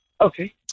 Okay